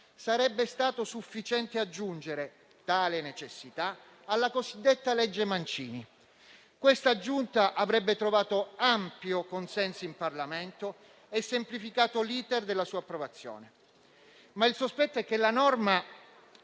sarebbe stato sufficiente aggiungere tale necessità alla cosiddetta legge Mancino. Questa aggiunta avrebbe trovato ampio consenso in Parlamento e semplificato l'*iter* della sua approvazione. Il sospetto è che, però,